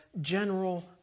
general